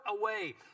away